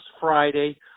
Friday